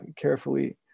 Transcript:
carefully